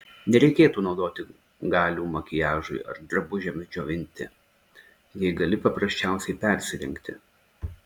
nereikėtų naudoti galių makiažui ar drabužiams džiovinti jei gali paprasčiausiai persirengti